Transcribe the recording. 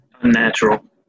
unnatural